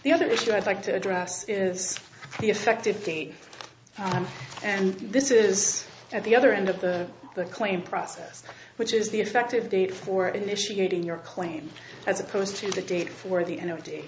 the other issue i'd like to address is the effective date and this is at the other end of the the claim process which is the effective date for initiating your claim as opposed to the date for the